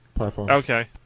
Okay